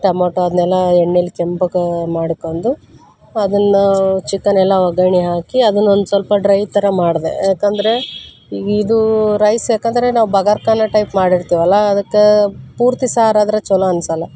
tomato ಅದನ್ನೆಲ್ಲ ಎಣ್ಣೆಯಲ್ಲಿ ಕೆಂಪಗ ಮಾಡ್ಕೊಂಡು ಅದನ್ನು ಚಿಕನ್ನೆಲ್ಲ ಒಗ್ಗರ್ಣೆ ಹಾಕಿ ಅದನ್ನು ಒಂದು ಸ್ವಲ್ಪ ಡ್ರೈ ಥರ ಮಾಡಿದೆ ಯಾಕಂದರೆ ಇದು ರೈಸ್ ಯಾಕಂದರೆ ನಾವು ಬಗಾರ್ಕನ ಟೈಪ್ ಮಾಡಿರ್ತಿವಲ್ಲ ಅದಕ್ಕೆ ಪೂರ್ತಿ ಸಾರಾದರೆ ಛಲೋ ಅನಿಸಲ್ಲ